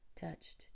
touched